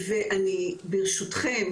ואני ברשותכם,